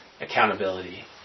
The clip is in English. accountability